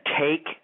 take